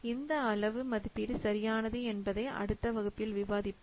இந்த அளவு மதிப்பீடு சரியானது என்பதை அடுத்த வகுப்பில் விவாதிப்போம்